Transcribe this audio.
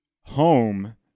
home